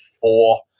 four